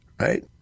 right